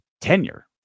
tenure